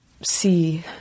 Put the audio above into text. see